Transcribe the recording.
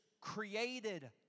Created